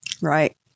right